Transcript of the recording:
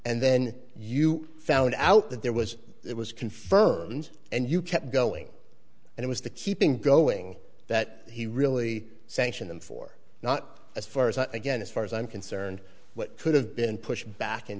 and then you found out that there was it was confirmed and you kept going and it was the keeping going that he really sanction them for not as far as again as far as i'm concerned what could have been pushed back in